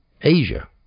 Asia